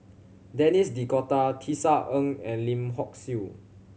Denis D'Cotta Tisa Ng and Lim Hock Siew